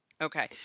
Okay